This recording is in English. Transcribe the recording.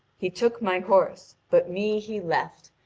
he took my horse, but me he left,